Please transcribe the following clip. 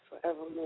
forevermore